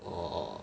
orh